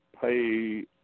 pay